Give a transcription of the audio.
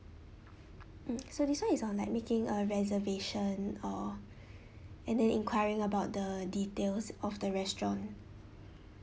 mm so this one is on like making a reservation or and then enquiring about the details of the restaurant